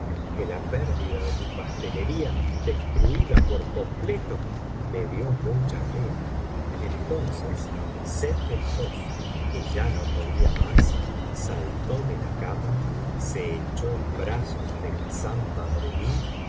que la pérdida de mi pastelería destruida por completo me dio mucha pena entonces sett el hosn que ya no podía más saltó de la cama se echó en brazos de hassán